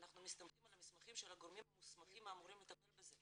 אנחנו מסתמכים על המסמכים של הגורמים המוסמכים האמורים לטפל בזה,